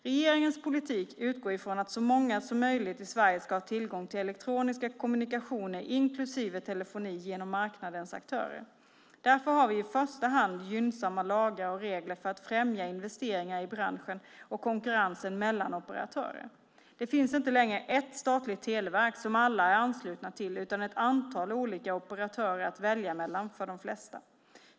Regeringens politik utgår ifrån att så många som möjligt i Sverige ska ha tillgång till elektroniska kommunikationer, inklusive telefoni, genom marknadens aktörer. Därför har vi i första hand gynnsamma lagar och regler för att främja investeringar i branschen och konkurrensen mellan operatörer. Det finns inte längre ett statligt televerk som alla är anslutna till, utan ett antal olika operatörer att välja mellan för de flesta.